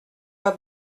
pas